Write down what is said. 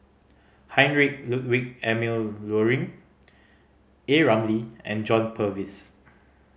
Heinrich Ludwig Emil Luering A Ramli and John Purvis